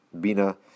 Bina